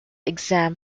exam